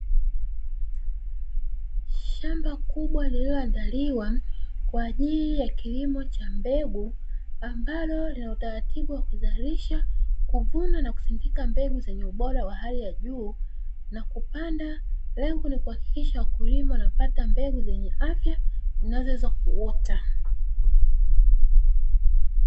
Shamba kubwa lililoandaliwa kwa ajili ya kilimo cha mbegu ambalo linautaratibu wa kuzalisha, kuvuna na kusindika mbegu zenye ubora wa hali ya juu, na kupanda lengo ni kuhakikisha wakulima wanapata mbegu zenye afya zinazoweza kuota.